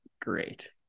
great